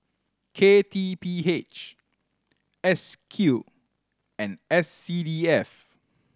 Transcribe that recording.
K T P H S Q and S C D F